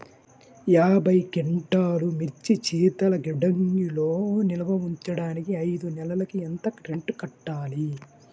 యాభై క్వింటాల్లు మిర్చి శీతల గిడ్డంగిలో నిల్వ ఉంచటానికి ఐదు నెలలకి ఎంత రెంట్ కట్టాలి?